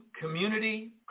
community